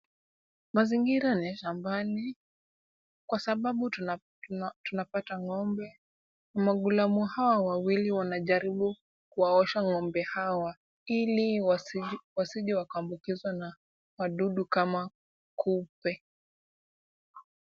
Mazingira ni ya shambani kwa sababu tunapata ng'ombe. Maghulamu hawa wawili wanajaribu kuwaosha ng'ombe hawa ili wasije wakaambukizwa na wadudu kama kupe.